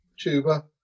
tuba